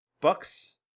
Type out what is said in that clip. Bucks